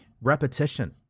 Repetition